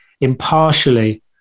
impartially